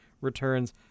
returns